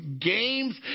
games